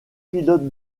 pilote